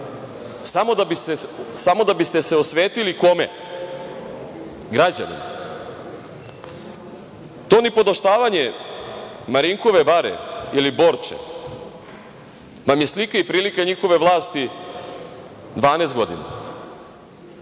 samo da biste se osvetili kome? Građanima. To nipodaštavanje Marinkove bare ili Borče nam je slika i prilika njihove vlasti 12 godina